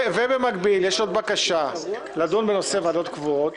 במקביל יש גם בקשה לדון בנושא של הוועדות הקבועות.